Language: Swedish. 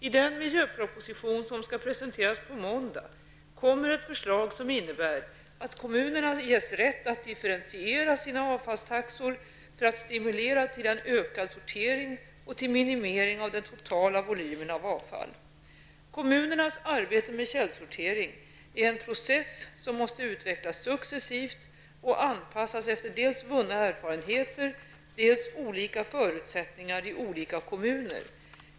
I den miljöproposition som skall presenteras på måndag kommer ett förslag som innebär att kommunerna ges rätt att differentiera sina avfallstaxor för att stimulera till en ökad sortering och minimering av den totala volymen avfall. Kommunernas arbete med källsortering är en process som måste utvecklas successivt och anpassas efter dels vunna erfarenheter, dels olika förutsättningar i olika kommuner.